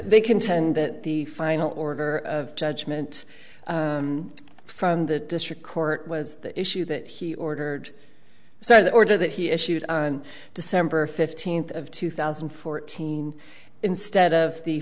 they contend that the final order of judgment from the district court was the issue that he ordered so in order that he issued on december fifteenth of two thousand and fourteen instead of the